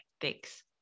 Thanks